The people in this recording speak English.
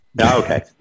Okay